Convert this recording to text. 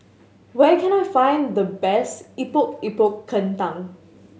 where can I find the best Epok Epok Kentang